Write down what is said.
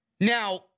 Now